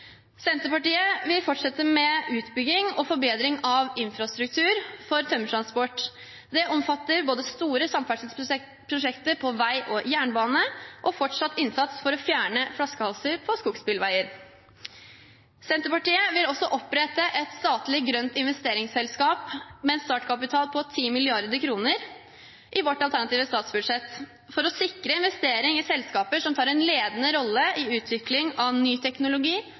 Senterpartiet vil fortsette med utbygging og forbedring av infrastruktur for tømmertransport. Det omfatter både store samferdselsprosjekter på vei og jernbane og fortsatt innsats for å fjerne flaskehalser på skogsbilveier. I sitt alternative statsbudsjett vil Senterpartiet opprette et statlig grønt investeringsselskap med en startkapital på 10 mrd. kr for å sikre investeringer i selskaper som tar en ledende rolle i utvikling av ny teknologi